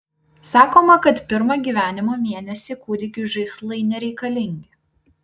sakoma kad pirmą gyvenimo mėnesį kūdikiui žaislai nereikalingi